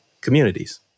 communities